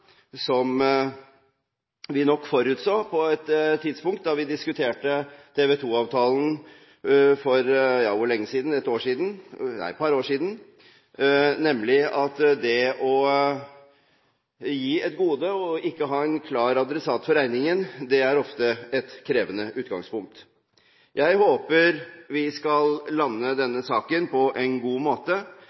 som vi nok forutså da vi diskuterte TV 2-avtalen for et par år siden, nemlig at det å gi et gode og ikke ha en klar adressat for regningen ofte er et krevende utgangspunkt. Jeg håper vi skal lande denne saken på en god måte.